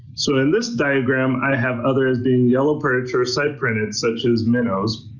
so in this diagram i have other as being yellow perch or cyprinidaes such as minnows.